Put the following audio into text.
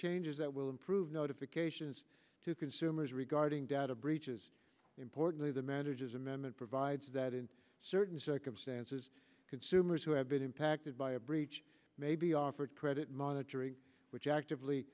changes that will improve notifications to consumers regarding data breaches importantly the manager's amendment provides that in certain circumstances consumers who have been impacted by a breach may be offered credit monitoring which actively